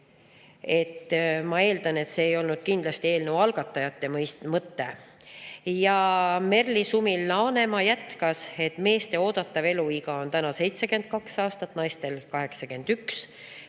Ma eeldan, et see ei olnud kindlasti eelnõu algatajate mõte. Merle Sumil-Laanemaa jätkas, et meeste oodatav eluiga on 72 aastat, naistel 81.